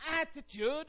attitude